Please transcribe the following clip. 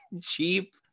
cheap